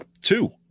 Two